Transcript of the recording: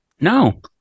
No